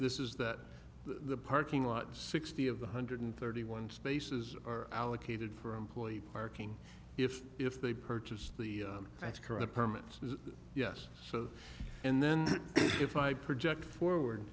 this is that the parking lot sixty of the hundred thirty one spaces are allocated for employee parking if if they purchased that's correct permits yes so and then if i project forward